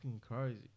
crazy